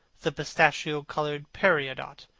the pistachio-coloured peridot,